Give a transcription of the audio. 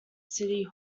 city